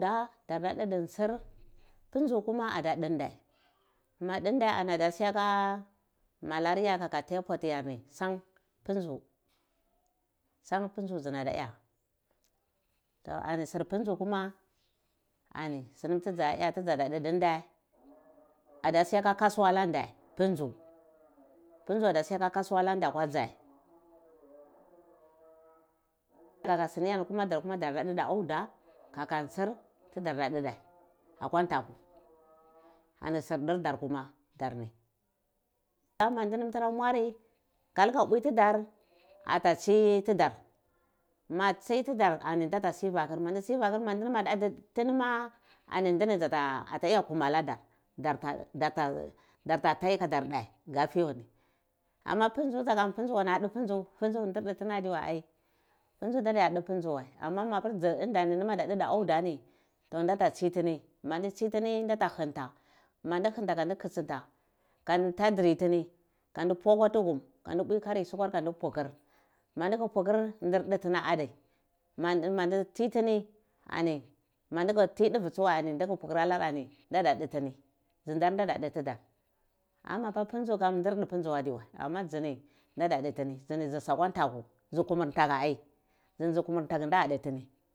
Nda dar da ndi ndi ntsir mpundzu tsuwa add ndeh ndeh madana tsuwa ada siya aka malaria kaka typhoid yarni san pundzu shan pundzu dza na da ya ta sir pundzu kuma sini tidzaya dza da ndi ndeh ada siyaka kasuwa ala ndeh pundzu pundzu ada si yako kasuwalaka atanda ga ka siniyami kuma darma daro du auda kaka ntsir darda ndae ndai aku ntaku ani sir dur dar kumo dar ni ama ma dunam dara muari kaluka mpui dudar ataci dudar ma tci dudar ndata sivi akari ma sivi atar anindini ata yati kum aladar darta tai kadar dhe ama pundzu kam wana dhu pundzu pundzu ndinam adhu tini kham adiwa ai pundzu nd adiya dhu pundzu wai ama ma ndam udidi auda ni to ndata tsitsini maduto tsi ti ni nda ta harnta mo ndi henta ka nda kitisnta kadni tadiri tini ka ndi pwa akwa tughum kudu pwi kwarir suka ka ndi pukur ma ndi ti pukur ndir ntitini adar mandi titini manda ta tivi tsuwai ana nkka pukar ayar duve tsuwai ani ndi ka pukur tini dzi ndar data ti tidar amama pir pundzu kam ndir tir pundzu adiwar ama dzini nada a tini dzi sa akwa ntwaku dzu kudi ndzi kumur ntaku